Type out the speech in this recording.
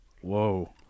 Whoa